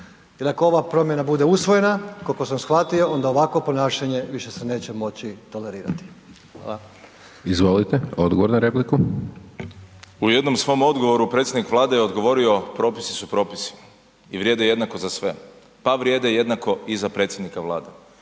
jel ako ova promjena bude usvojena, koliko sam shvatio onda ovakvo ponašanje više se neće moći tolerirati. Hvala. **Hajdaš Dončić, Siniša (SDP)** Izvolite, odgovor na repliku. **Bernardić, Davor (SDP)** U jednom svom odgovoru predsjednik Vlade je odgovorio propisi su propisi i vrijede jednako za sve, pa vrijede jednako i za predsjednika Vlade,